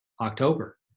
October